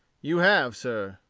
you have, sir.